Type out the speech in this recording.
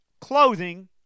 clothing